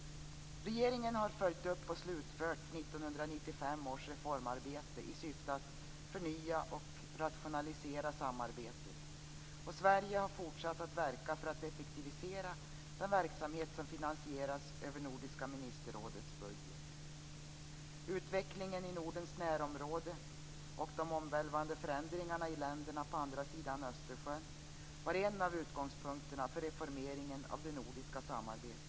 Regeringen har följt upp och slutfört 1995 års reformarbete i syfte att förnya och rationalisera samarbetet. Sverige har fortsatt att verka för att effektivisera den verksamhet som finansieras över nordiska ministerrådets budget. Utvecklingen i Nordens närområde och de omvälvande förändringarna i länderna på andra sidan Östersjön var en av utgångspunkterna för reformeringen av det nordiska samarbetet.